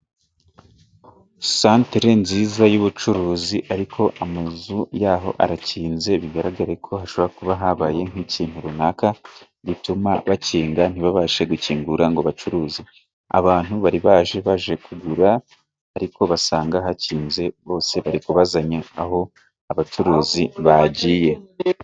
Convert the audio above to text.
Santere nziza y'ubucuruzi ariko amazu y'aho arakinze bigaragareko hashobora kuba habaye nk'ikintu runaka, gituma bakinga ntibabashe gukingura ngo bacuruze. abantu bari baje, baje kugura ariko basanga hakinze bose bari kubazanya aho abacuruzi bagiye